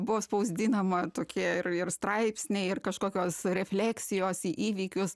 buvo spausdinama tokie ir ir straipsniai ir kažkokios refleksijos į įvykius